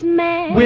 man